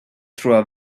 through